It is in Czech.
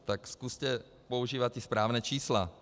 Tak zkuste používat správná čísla.